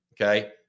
Okay